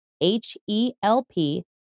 H-E-L-P